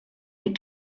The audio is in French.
des